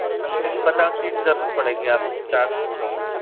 something पचास sheet की ज़रूरत पड़ेगी आप चार फ़ोटो में